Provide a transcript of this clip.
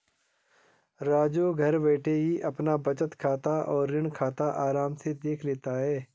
राजू घर बैठे ही अपना बचत खाता और ऋण खाता आराम से देख लेता है